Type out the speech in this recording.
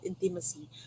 intimacy